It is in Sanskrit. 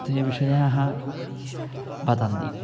ते विषयाः वदन्ति